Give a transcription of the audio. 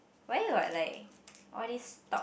why you got like all this talk